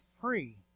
free